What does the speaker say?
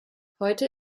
heute